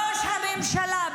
ראש הממשלה,